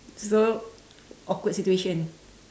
so awkward situation